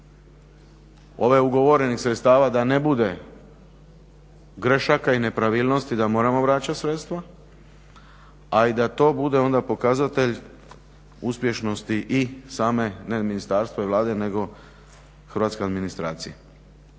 ovih ugovorenih sredstava da ne bude grešaka i nepravilnosti da moramo vraćati sredstva, a i da to bude onda pokazatelj uspješnosti same ne ministarstva i Vlade nego hrvatske administracije,